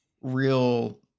real